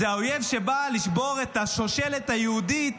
זה האויב שבא לשבור את השושלת היהודית,